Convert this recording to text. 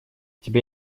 тебе